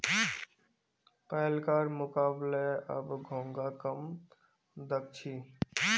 पहलकार मुकबले अब घोंघा कम दख छि